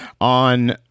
On